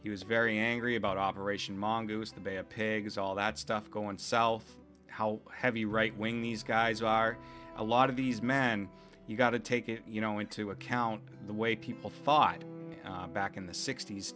he was very angry about operation mongoose the bay of pigs all that stuff going south how heavy right wing these guys are a lot of these men you've got to take it you know into account the way people fought back in the sixt